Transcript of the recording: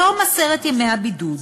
בתום עשרת ימי הבידוד,